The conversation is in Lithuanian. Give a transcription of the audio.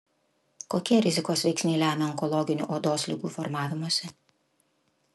kokie rizikos veiksniai lemia onkologinių odos ligų formavimąsi